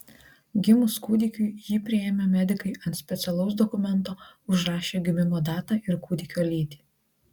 gimus kūdikiui jį priėmę medikai ant specialaus dokumento užrašė gimimo datą ir kūdikio lytį